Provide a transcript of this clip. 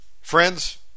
friends